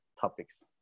topics